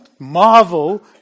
Marvel